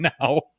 now